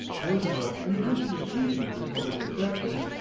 roosevelt, in addition to sweeping the republican sections,